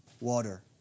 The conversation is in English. water